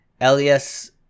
Elias